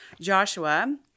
joshua